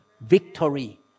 victory